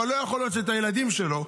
אבל לא יכול שאת הילדים שלו,